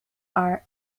are